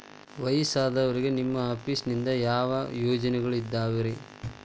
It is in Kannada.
ವಯಸ್ಸಾದವರಿಗೆ ನಿಮ್ಮ ಆಫೇಸ್ ನಿಂದ ಯಾವ ಯೋಜನೆಗಳಿದಾವ್ರಿ?